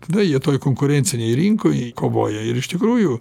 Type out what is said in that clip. tada jie toj konkurencinėj rinkoj kovoj ir iš tikrųjų